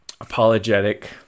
apologetic